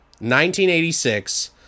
1986